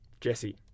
Jesse